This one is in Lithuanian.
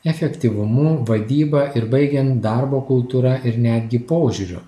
efektyvumu vadyba ir baigiant darbo kultūra ir netgi požiūriu